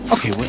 Okay